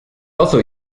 also